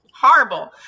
Horrible